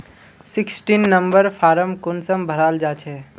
Sixteen number form कुंसम भराल जाछे?